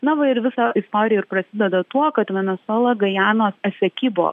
na va ir visa istorija ir prasideda tuo kad venesuela gajanos esekibo